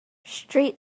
street